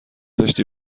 داشتی